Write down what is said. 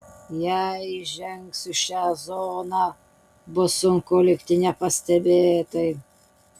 jei įžengsiu į šią zoną bus sunku likti nepastebėtai